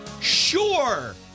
Sure